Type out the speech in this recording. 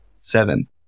Seven